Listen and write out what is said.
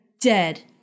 dead